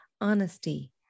honesty